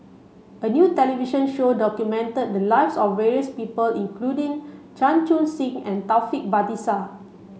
a new television show documented the lives of various people including Chan Chun Sing and Taufik Batisah